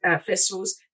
festivals